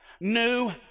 New